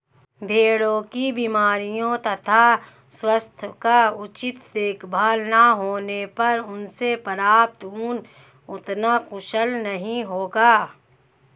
भेड़ों की बीमारियों तथा स्वास्थ्य का उचित देखभाल न होने पर उनसे प्राप्त ऊन उतना कुशल नहीं होगा